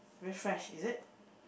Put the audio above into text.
very fresh is it